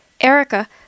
Erica